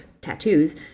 tattoos